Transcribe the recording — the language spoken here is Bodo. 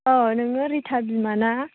अ नोङो रिता बिमा ना